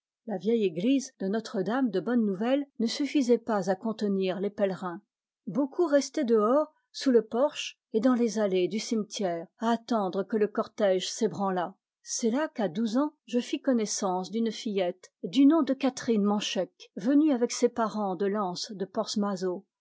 la vieille église de notre-dame de bonne-nouvelle ne suffisait pas à contenir les pèlerins beaucoup restaient dehors sous le porche et dans les allées du cimetière à attendre que le cortège s'ébranlât c'est là qu'à douze ans je fis connaissance d'une fillette du nom de catherine manchec venue avec ses parents de l'anse de